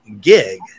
gig